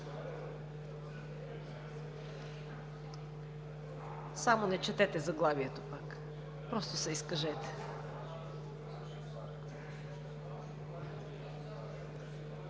само не четете заглавието пак, просто се изкажете.